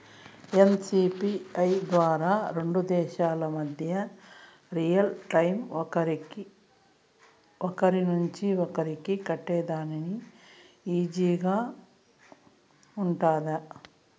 NCPI ద్వారా రెండు దేశాల మధ్య రియల్ టైము ఒకరి నుంచి ఒకరికి కట్టేదానికి ఈజీగా గా ఉంటుందా?